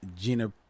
Gina